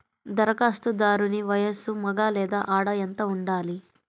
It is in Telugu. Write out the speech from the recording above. ధరఖాస్తుదారుని వయస్సు మగ లేదా ఆడ ఎంత ఉండాలి?